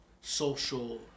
social